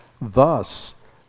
Thus